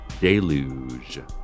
deluge